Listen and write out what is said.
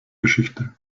geschichte